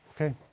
Okay